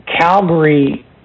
Calgary